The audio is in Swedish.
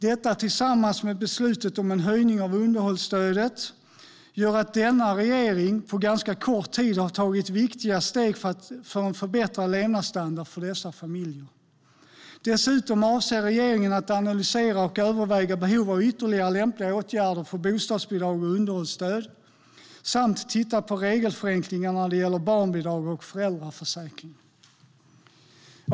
Detta tillsammans med beslutet om en höjning av underhållsstödet gör att denna regering på ganska kort tid har tagit viktiga steg för en förbättrad levnadsstandard för dessa familjer. Dessutom avser regeringen att analysera och överväga behovet av ytterligare lämpliga åtgärder för bostadsbidrag och underhållsstöd samt titta på regelförenklingar när det gäller barnbidrag och föräldraförsäkring.